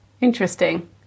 Interesting